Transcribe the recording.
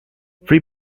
three